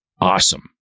awesome